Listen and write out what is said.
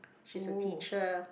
she's a teacher